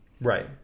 Right